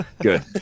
Good